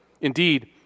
Indeed